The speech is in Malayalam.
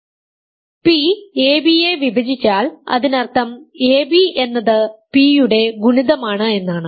P ab യെ വിഭജിച്ചാൽ അതിനർത്ഥം ab എന്നത് p യുടെ ഗുണിതമാണ് എന്നാണ്